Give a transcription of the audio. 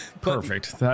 Perfect